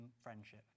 friendship